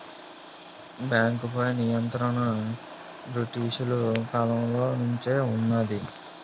బేంకుపై నియంత్రణ బ్రిటీసోలు కాలం నుంచే వున్నది